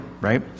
right